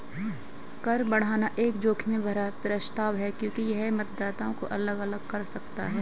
कर बढ़ाना एक जोखिम भरा प्रस्ताव है क्योंकि यह मतदाताओं को अलग अलग कर सकता है